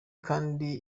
kandi